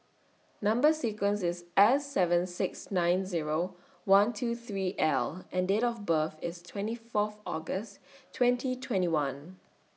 Number sequence IS S seven six nine Zero one two three L and Date of birth IS twenty Fourth August twenty twenty one